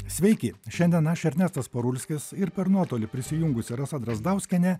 sveiki šiandien aš ernestas parulskis ir per nuotolį prisijungusi rasa drazdauskienė